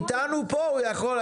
הוא איתנו פה, הוא יכול?